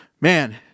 Man